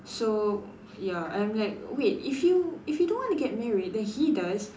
so ya I'm like wait if you if you don't want to get married then he does